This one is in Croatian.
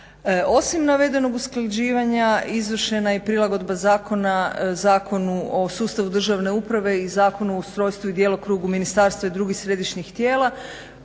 Osim navedenog usklađivanja izvršena i prilagodba zakona Zakonu o sustavu državne uprave i Zakonu o ustrojstvu i djelokrugu ministarstva i drugih središnjih tijela